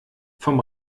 vom